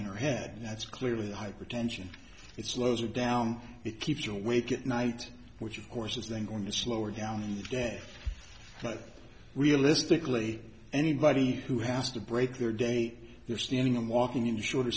in her head that's clearly hypertension it slows it down it keeps you awake at night which of course is then going slower down the path but realistically anybody who has to break their day they're standing and walking in shorter